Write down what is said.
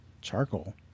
Charcoal